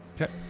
Okay